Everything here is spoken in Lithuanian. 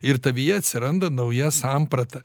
ir tavyje atsiranda nauja samprata